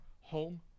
home